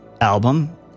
album